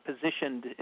positioned